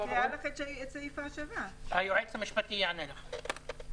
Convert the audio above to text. היועץ המשפטי יענה לך.